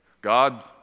God